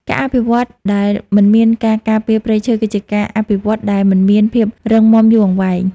ការអភិវឌ្ឍដែលមិនមានការការពារព្រៃឈើ គឺជាការអភិវឌ្ឍដែលមិនមានភាពរឹងមាំយូរអង្វែង។